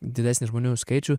didesnį žmonių skaičių